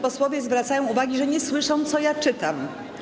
Posłowie zwracają uwagę, że nie słyszą, co czytam.